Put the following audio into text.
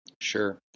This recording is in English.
sure